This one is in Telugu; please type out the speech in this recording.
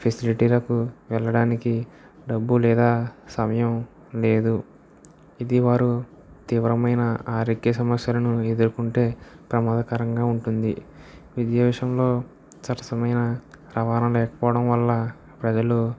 ఫెసిలిటీలకు వెళ్ళడానికి డబ్బు లేదా సమయం లేదు ఇది వారు తీవ్రమైన ఆరోగ్య సమస్యలను ఎదుర్కొంటే ప్రమాదకరంగా ఉంటుంది విద్యా విషయంలో సరసమైన రవాణా లేకపోవడం వల్ల ప్రజలు